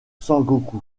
sengoku